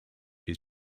his